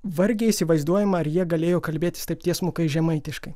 vargiai įsivaizduojama ar jie galėjo kalbėtis taip tiesmukai žemaitiškai